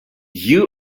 you